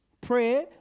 Prayer